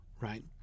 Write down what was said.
right